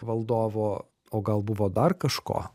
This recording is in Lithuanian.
valdovo o gal buvo dar kažko